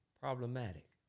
problematic